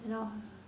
you know